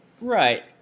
Right